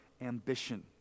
ambition